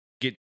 get